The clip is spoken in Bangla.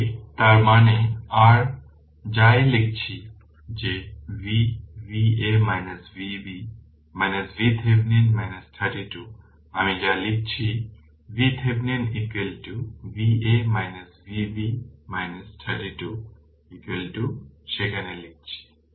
তাই তার মানে r যাই লিখেছি যে V Va Vb VThevenin 32 আমি যা লিখেছি VThevenin Va Vb 32 সেখানে লিখেছি